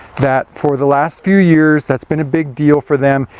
that for the last few years, that's been a big deal for them,